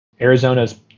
Arizona's